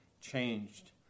changed